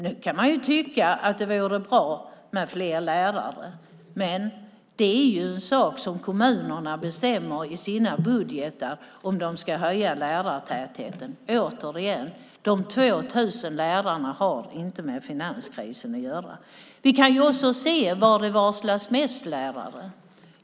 Nu kan man tycka att det vore bra med fler lärare, men det är ju en sak som kommunerna bestämmer i sina budgetar om de ska öka lärartätheten. Återigen: De 2 000 lärarna har inte med finanskrisen att göra. Vi kan också se var det varslas mest lärare.